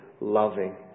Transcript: loving